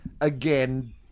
again